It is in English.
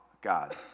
God